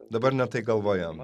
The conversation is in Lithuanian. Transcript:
dabar ne tai galvoje